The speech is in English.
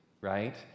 right